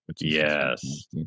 Yes